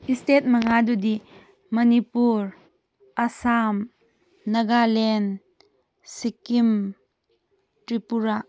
state ꯃꯉꯥꯗꯨꯗꯤ ꯃꯅꯤꯄꯨꯔ ꯑꯁꯥꯝ ꯅꯥꯒꯥꯂꯦꯟ ꯁꯤꯛꯀꯤꯝ ꯇ꯭ꯔꯤꯄꯨꯔꯥ